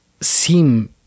seem